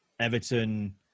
Everton